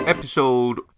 Episode